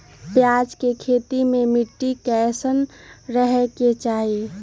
प्याज के खेती मे मिट्टी कैसन रहे के चाही?